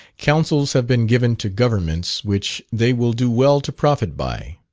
counsels have been given to governments which they will do well to profit by.